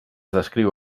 descriu